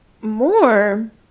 more